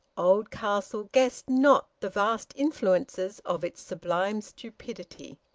oldcastle guessed not the vast influences of its sublime stupidity.